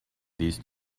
these